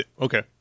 Okay